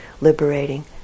liberating